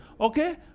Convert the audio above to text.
Okay